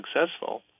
successful